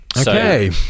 Okay